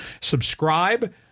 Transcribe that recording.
Subscribe